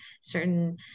certain